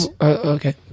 Okay